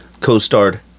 co-starred